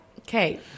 Okay